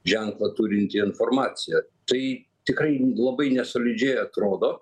ženklą turinti informacija tai tikrai labai nesolidžiai atrodo